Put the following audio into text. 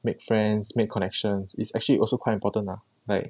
make friends make connections is actually also quite important ah like